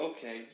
Okay